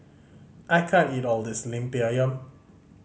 I can't eat all of this Lemper Ayam